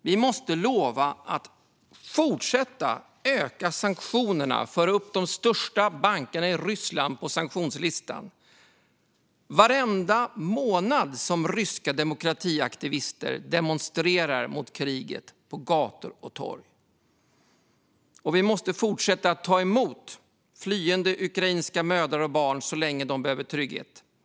Vi måste lova att fortsätta utöka sanktionerna och föra upp de största bankerna i Ryssland på sanktionslistan varenda månad som ryska demokratiaktivister demonstrerar mot kriget på gator och torg. Och vi måste fortsätta ta emot flyende ukrainska mödrar och barn så länge de behöver trygghet.